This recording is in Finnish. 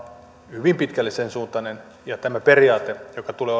hyvin pitkälle sen suuntainen kuin se periaate joka tulee